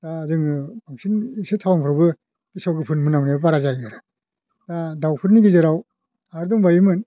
दा जोङो बांसिन एसे टाउनफ्रावबो गेसाव गोफोन मोनामनाया बारा जायो दा दावफोरनि गेजेराव आरो दंबायोमोन